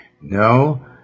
No